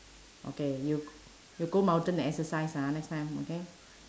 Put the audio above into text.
okay you you go mountain exercise ah next time okay